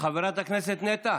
חברת הכנסת נטע,